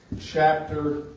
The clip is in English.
chapter